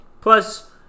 plus